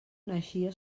naixia